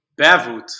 Bavut